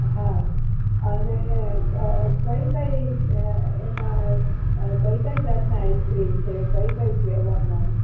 હા અને કઈ કઈ એમાં કઈ કઈ જાતના આઈસ ક્રીમ છે કઈ કઈ ફ્લેવરના